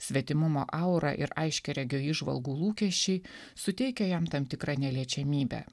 svetimumo aura ir aiškiaregio įžvalgų lūkesčiai suteikia jam tam tikrą neliečiamybę